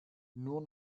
nur